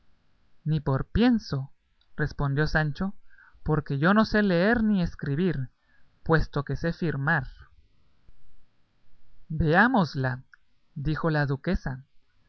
ni por pienso respondió sancho porque yo no sé leer ni escribir puesto que sé firmar veámosla dijo la duquesa